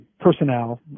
personnel